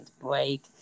break